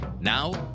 Now